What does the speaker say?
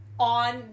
On